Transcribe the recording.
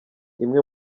imwe